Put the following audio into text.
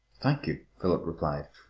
thank you, philip replied.